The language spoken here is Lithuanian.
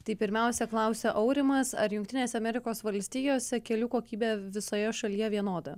tai pirmiausia klausia aurimas ar jungtinėse amerikos valstijose kelių kokybė visoje šalyje vienoda